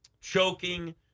choking